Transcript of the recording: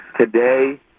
Today